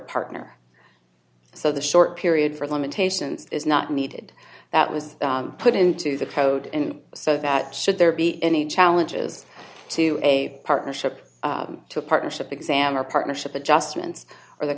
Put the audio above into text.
partner so the short period for limitations is not needed that was put into the code and so that should there be any challenges to a partnership to a partnership exam or partnership adjustments or the